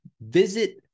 Visit